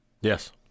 Yes